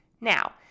Now